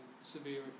severe